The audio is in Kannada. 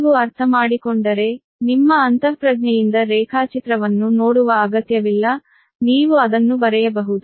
ನೀವು ಅರ್ಥಮಾಡಿಕೊಂಡರೆ ನಿಮ್ಮ ಅಂತಃಪ್ರಜ್ಞೆಯಿಂದ ರೇಖಾಚಿತ್ರವನ್ನು ನೋಡುವ ಅಗತ್ಯವಿಲ್ಲ ನೀವು ಅದನ್ನು ಬರೆಯಬಹುದು